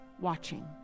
watching